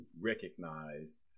recognize